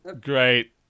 Great